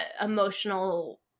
emotional